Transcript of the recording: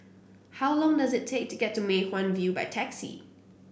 how long does it take to get to Mei Hwan View by taxi